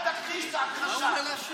אל תכחיש את ההכחשה.